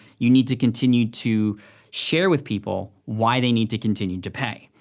you need to continue to share with people why they need to continue to pay.